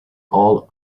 all